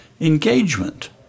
engagement